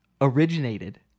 originated